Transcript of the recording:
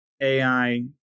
AI